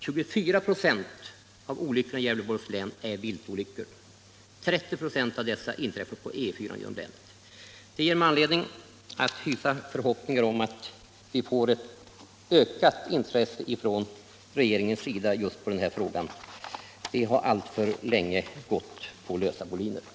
24 96 av olyckorna i Gävleborgs län är viltolyckor. Av dessa inträffar 30 96 på E 4 genom länet. Svaret ger mig anledning att knyta förhoppningar om att vi nu får ökat intresse från regeringens sida för den här frågan. Det har alltför länge gått på lösa boliner.